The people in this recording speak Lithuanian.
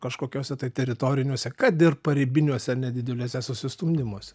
kažkokiuose tai teritoriniuose kad ir pareigybiniuose nedideliuose susistumdymuose